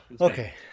Okay